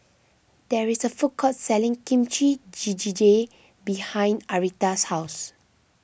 there is a food court selling Kimchi Jjigae behind Aretha's house